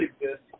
exist